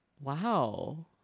wow